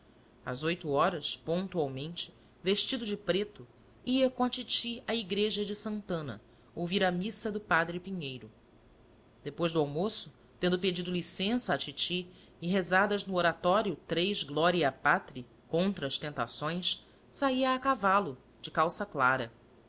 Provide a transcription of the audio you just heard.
as oito horas pontualmente vestido de preto ia com a titi à igreja de santana ouvir a missa do padre pinheiro depois do almoço tendo pedido licença à titi e rezadas no oratório três gloria patri contra as tentações saía a cavalo de calça clara